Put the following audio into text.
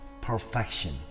perfection